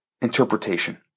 interpretation